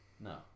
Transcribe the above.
No